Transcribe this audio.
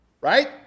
right